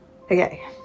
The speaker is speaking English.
okay